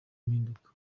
impinduka